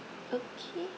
okay